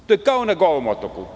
To je kao na Golom otoku.